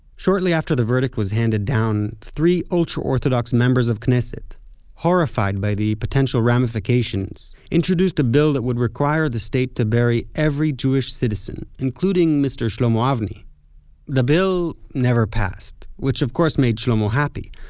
shortly after the verdict was handed down, three ultra orthodox members of knesset horrified by the potential ramifications introduced a bill that would require the state to bury every jewish citizen, including, mister shlomo avni the bill never passed, which of course made shlomo happy.